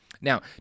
Now